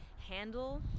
handle